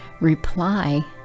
reply